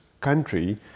country